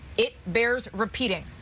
it bears repeating,